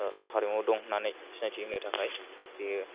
राव हारिमु दं होननानै सिनायथि होनो थाखाय बेयो